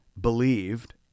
believed